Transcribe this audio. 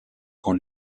con